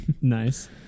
Nice